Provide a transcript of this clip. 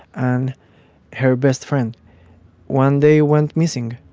and her best friend one day went missing.